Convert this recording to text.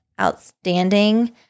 outstanding